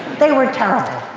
they were terrible.